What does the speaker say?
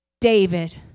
David